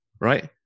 right